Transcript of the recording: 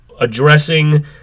addressing